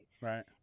right